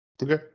Okay